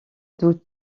doute